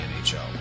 NHL